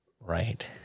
Right